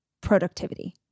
productivity